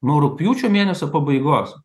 nuo rugpjūčio mėnesio pabaigos